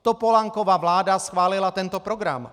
Topolánkova vláda schválila tento program.